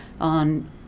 on